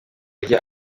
ajya